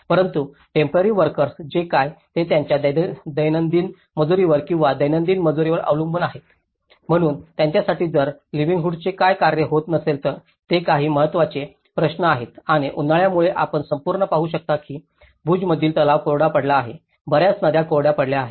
परंतु टेम्पोरारी वोर्कर्सचे काय जे त्यांच्या दैनंदिन मजुरीवर किंवा दैनंदिन मजुरीवर अवलंबून आहेत म्हणून त्यांच्यासाठी जर लिवलीहूडचे काय कार्य होत नसेल तर हे काही महत्वाचे प्रश्न आहेत आणि उन्हाळ्यामुळे आपण संपूर्ण पाहू शकता भुजमधील तलाव कोरडा पडला आहे बऱ्याच नद्या कोरड्या पडल्या आहेत